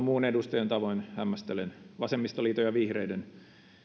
muun edustajan tavoin hämmästelen vasemmistoliiton ja vihreiden